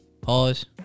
pause